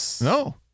No